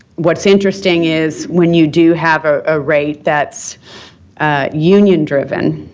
what's interesting is when you do have a rate that's union-driven,